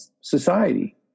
society